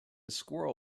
squirrel